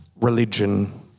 religion